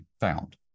found